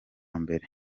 mbere